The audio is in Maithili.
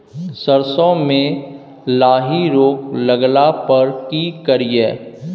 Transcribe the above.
सरसो मे लाही रोग लगला पर की करिये?